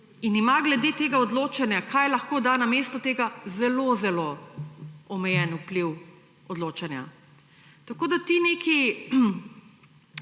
in ima glede tega odločanja, kaj lahko da namesto tega, zelo zelo omejen vpliv odločanja. Ti neki